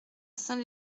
saint